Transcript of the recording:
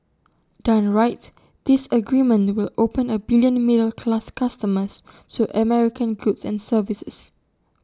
done right this agreement will open A billion middle class customers to American goods and services